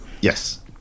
Yes